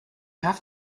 have